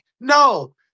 no